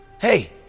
Hey